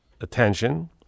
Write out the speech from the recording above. attention